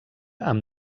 amb